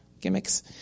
gimmicks